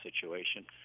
situation